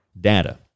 data